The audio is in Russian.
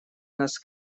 нас